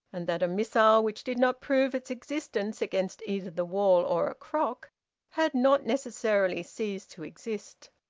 and that a missile which did not prove its existence against either the wall or a crock had not necessarily ceased to exist.